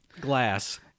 Glass